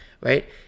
right